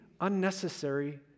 unnecessary